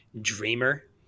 dreamer